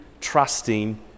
trusting